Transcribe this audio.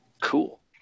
Cool